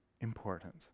important